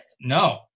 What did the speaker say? no